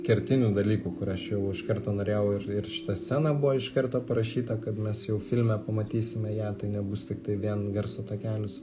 kertinių dalykų kur aš jau iš karto norėjau ir ir šita scena buvo iš karto parašyta kad mes jau filme pamatysime ją tai nebus tiktai vien garso takelis